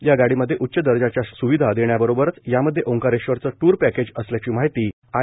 या गाधीमध्ये उच्च दर्जाच्या स्विधा देण्याबरोबरच यामध्ये औंकारेश्वरचं टूर पॅकेज असल्याची माहिती आय